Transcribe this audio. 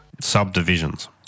Subdivisions